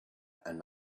and